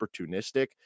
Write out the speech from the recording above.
opportunistic